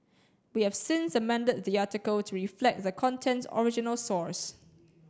we have since amended the article to reflect the content's original source